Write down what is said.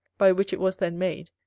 by which it was then made,